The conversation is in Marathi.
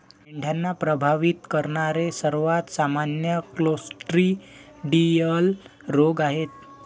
मेंढ्यांना प्रभावित करणारे सर्वात सामान्य क्लोस्ट्रिडियल रोग आहेत